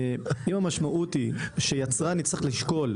אם המשמעות היא שיצרן יצטרך לשקול,